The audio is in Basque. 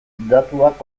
datuak